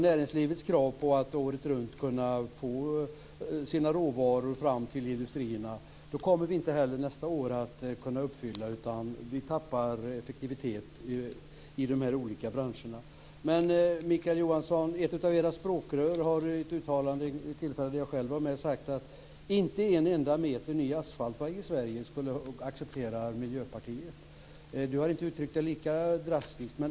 Näringslivets krav på att året runt kunna få sina råvaror fram till industrierna kommer vi inte heller nästa år att kunna uppfylla. Vi tappar effektivitet i de här olika branscherna. Men, Mikael Johansson, ett av era språkrör har i ett uttalande vid ett tillfälle då jag själv var med sagt att Miljöpartiet inte accepterar en enda meter ny asfaltväg i Sverige. Mikael Johansson har inte uttryckt det lika drastiskt.